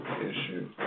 issue